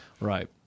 Right